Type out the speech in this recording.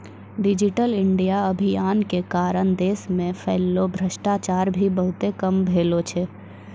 digital India अभियान के कारण देश मे फैल्लो भ्रष्टाचार भी बहुते कम भेलो छै